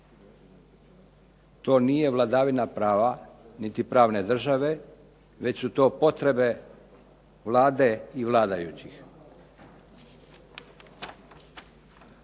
To nije vladavina prava, niti pravne države, već su to potrebe Vlade i vladajućih.